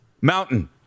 Mountain